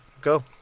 Go